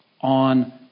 on